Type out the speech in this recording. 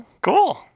Cool